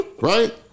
Right